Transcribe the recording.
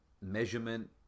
measurement